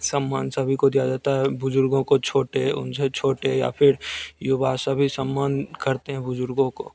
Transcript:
सम्मान सभी को दिया जाता है बुज़ुर्गों को छोटे उनसे छोटे या फिर युवा सभी सम्मान करते हैं बुज़ुर्गों को